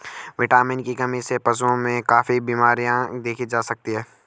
vitamin की कमी से पशुओं में काफी बिमरियाँ देखी जा सकती हैं